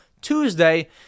Tuesday